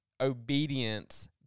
obedience